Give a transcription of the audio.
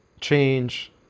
change